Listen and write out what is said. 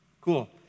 Cool